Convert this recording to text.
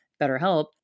BetterHelp